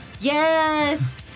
Yes